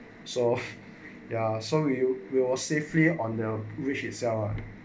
so ya so you will safely on their wish itself